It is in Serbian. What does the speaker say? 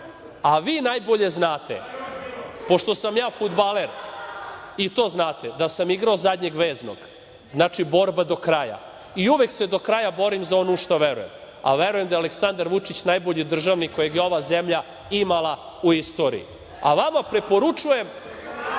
itd. Vi najbolje znate, pošto sam ja fudbaler, i to znate, da sam igrao zadnjeg veznog, znači borba do kraja, i uvek se na kraju borim za ono u šta veruje, a verujem da je Aleksandar Vučić najbolji državnik kojeg je ova zemlja imala u istoriji, a vama preporučujem,